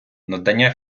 надання